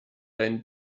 deinen